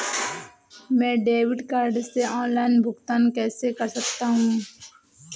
मैं debit card से online भुगतान कैसे कर सकता हूँ?